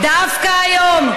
דווקא היום,